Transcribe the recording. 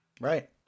Right